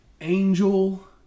Angel